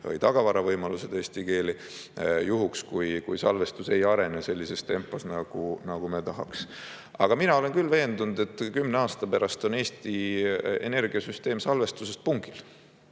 keeli tagavaravõimalused – juhuks, kui salvestus ei arene sellises tempos, nagu me tahaksime. Aga mina olen küll veendunud, et kümne aasta pärast on Eesti energiasüsteem salvestustest pungil,